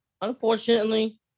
unfortunately